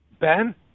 Ben